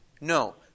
No